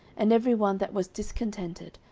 and every one that was discontented,